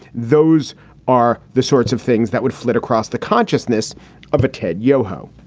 those are the sorts of things that would flit across the consciousness of a ted yoho.